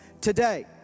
today